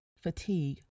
fatigue